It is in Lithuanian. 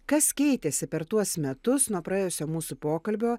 kas keitėsi per tuos metus nuo praėjusio mūsų pokalbio